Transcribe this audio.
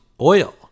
oil